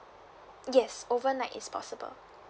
yes overnight is possible